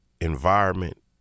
environment